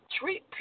treat